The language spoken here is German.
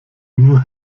nur